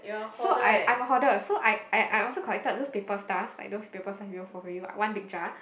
so I I am holder I I also collected those paper stuff like those paper stuff for you one big jar